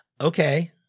okay